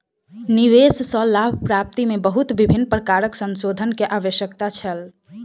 निवेश सॅ लाभ प्राप्ति में बहुत विभिन्न प्रकारक संशोधन के आवश्यकता छल